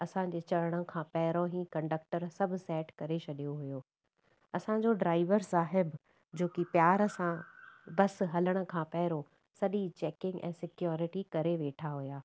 असांजे चढ़ण खां पहिरों ई कंडक्टर सभु सैट करे छॾियो हुयो असांजो ड्राइवर साहिब जो की प्यार सां बस हलण खां पहिरों सॼी चैकिंग ऐं सिक्यॉरिटी करे वेठा हुया